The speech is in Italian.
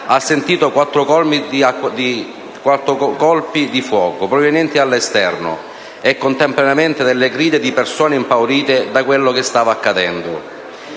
ha sentito quattro colpi di fuoco provenienti dall'esterno e, contemporaneamente, delle grida di persone impaurite da quello che stava accadendo.